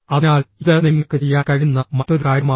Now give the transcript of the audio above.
അതിനാൽ ഇത് നിങ്ങൾക്ക് ചെയ്യാൻ കഴിയുന്ന മറ്റൊരു കാര്യമാണ്